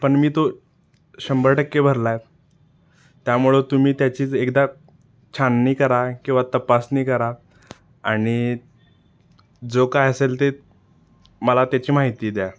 पण मी तो शंभर टक्के भरला आहे त्यामुळं तुम्ही त्याचीच एकदा छाननी करा किंवा तपासणी करा आणि जो काय असेल ते मला त्याची माहिती द्या